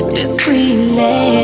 Discreetly